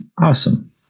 Awesome